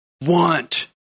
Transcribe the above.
want